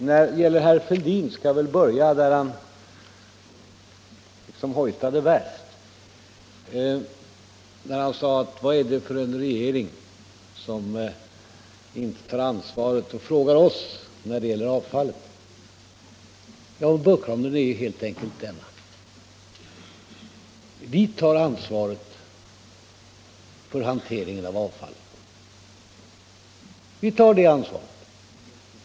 När jag sedan svarar herr Fälldin skall jag väl börja där han hojtade värst, nämligen när han frågade: Vad är det för en regering som inte tar ansvaret och frågar oss när det gäller avfallet? Ja, bakgrunden är helt enkelt denna: Vi tar ansvaret för hanteringen av avfallet.